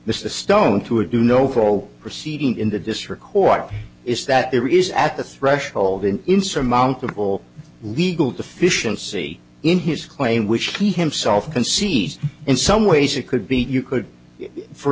entitles the stone to a do no for all proceeding in the district court is that there is at the threshold an insurmountable legal deficiency in his claim which he himself concedes in some ways it could be to you could for